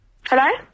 Hello